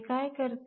हे काय करते